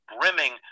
brimming